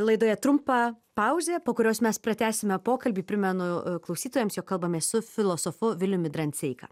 laidoje trumpa pauzė po kurios mes pratęsime pokalbį primenu klausytojams jog kalbamės su filosofu viliumi dranseika